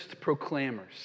proclaimers